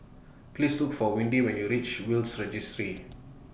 Please Look For Windy when YOU REACH Will's Registry